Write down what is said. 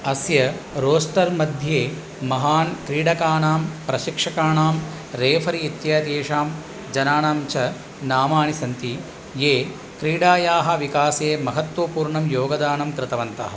अस्य रोस्टर् मध्ये महतां क्रीडकानां प्रशिक्षकाणां रेफ़री इत्यतेषां जनानां च नामानि सन्ति ये क्रीडायाः विकासे महत्त्वपूर्णं योगदानं कृतवन्तः